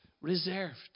reserved